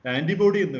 Antibody